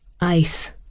ice